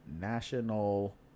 national